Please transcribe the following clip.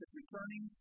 returning